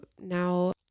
now